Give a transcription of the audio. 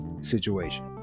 situation